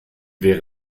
wäre